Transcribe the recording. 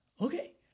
Okay